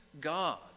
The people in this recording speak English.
God